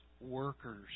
workers